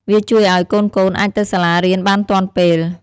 វាជួយឲ្យ កូនៗអាចទៅសាលារៀនបានទាន់ពេល។